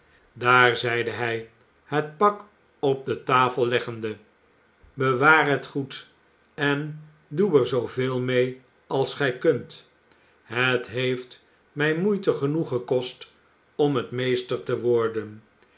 daar zeide hij het pak op de tafel leggende bewaar het goed en doe er zooveel mee als gij kunt het heeft mij moeite genoeg gekost om het meester te worden